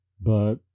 But